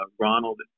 Ronald